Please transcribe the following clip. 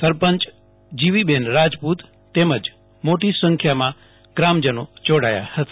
સરપંચ જીવીબેન રાજપૂ તતેમજ મોટી સંખ્યામાં ગ્રામજનો જોડાયાં હતાં